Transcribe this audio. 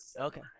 okay